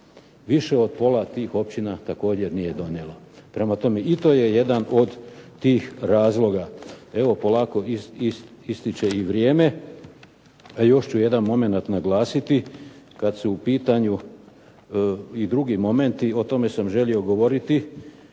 Više od pola tih općina također nije donijelo. Prema tome, i to je jedan od tih razloga. Evo polako ističe i vrijeme. A još ću jedan momenat naglasiti kad su u pitanju i drugi momenti o tome sam želio govoriti.